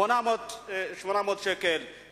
800 שקלים,